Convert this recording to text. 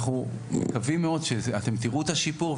אנחנו מקווים מאוד שאתם תיראו את השיפור,